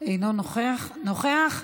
אינו נוכח, נוכח?